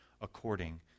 according